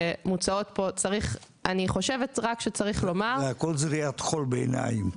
אני חושבת שצריך לומר --- זה הכל זריית חול בעיניים,